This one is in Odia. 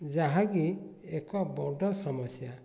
ଯାହାକି ଏକ ବଡ଼ ସମସ୍ୟା